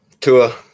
Tua